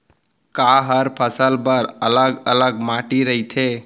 का हर फसल बर अलग अलग माटी रहिथे?